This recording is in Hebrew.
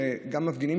שגם הם מפגינים.